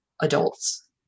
adults